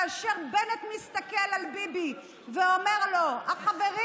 כאשר בנט מסתכל על ביבי ואומר לו: החברים,